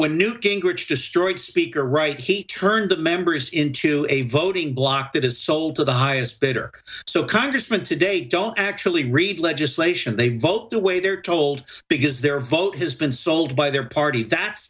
when newt gingrich destroyed speaker right he turned that members into a voting bloc that is sold to the highest bidder so congressman today don't actually read legislation they vote the way they're told because their vote has been sold by their party that's